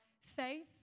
faith